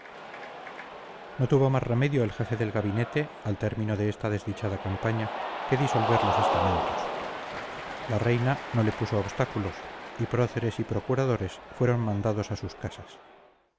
no tuvo más remedio el jefe del gabinete al término de esta desdichada campaña que disolver los estamentos la reina no le puso obstáculos y próceres y procuradores fueron mandados a sus casas